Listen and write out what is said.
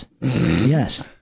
Yes